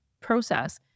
process